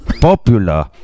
popular